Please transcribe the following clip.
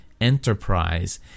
enterprise